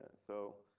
so.